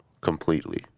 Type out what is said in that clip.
completely